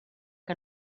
que